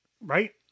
Right